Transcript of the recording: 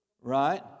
Right